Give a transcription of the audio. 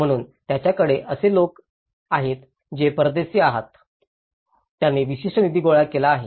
म्हणून त्यांच्याकडे असे लोक आहेत जे परदेशी रहात आहेत त्यांनी विशिष्ट निधी गोळा केला आहे